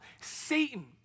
Satan